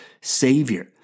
Savior